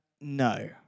no